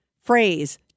phrase